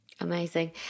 Amazing